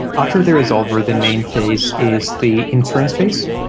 after the resolver, the main phase is the inference phase,